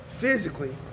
physically